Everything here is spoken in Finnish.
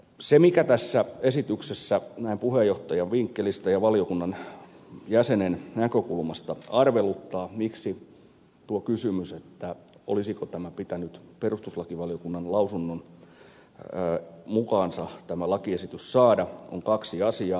se mikä tässä esityksessä näin puheenjohtajan vinkkelistä ja valiokunnan jäsenen näkökulmasta arveluttaa tuossa kysymyksessä olisiko tämän lakiesityksen pitänyt saada mukaansa perustuslakivaliokunnan lausunto on kaksi asiaa